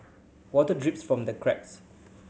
water drips from the cracks